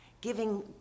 giving